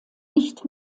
nicht